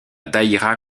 daïra